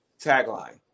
tagline